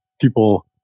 people